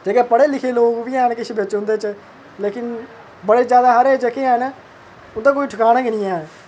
जेह्के पढ़े लिखे लोक बी हैन किश बिच उंदे च लेकिन बड़े जादा जेहके हैन उंदा कोई ठकाना गै निं